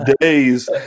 days